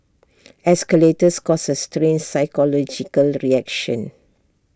escalators cause A strange psychological reaction